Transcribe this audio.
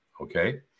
okay